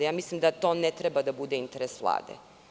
Mislim da to ne treba da bude interes Vlade.